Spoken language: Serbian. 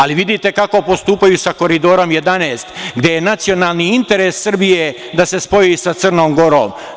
Ali vidite kako postupaju sa Koridorom 11, gde je nacionalni interes Srbije da se spoji sa Crnom Gorom.